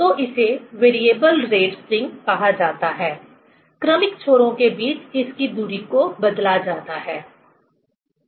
तो इसे variable rate spring कहा जाता है क्रमिक छोरों के बीच इसकी दूरी को बदला जाता है